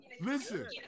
Listen